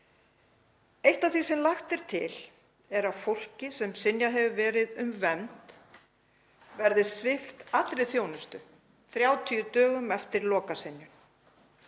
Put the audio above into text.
Eitt af því sem lagt er til er að fólk sem synjað hefur verið um vernd verði svipt allri þjónustu 30 dögum eftir lokasynjun.